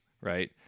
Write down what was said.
right